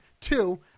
Two